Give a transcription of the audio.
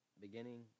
beginning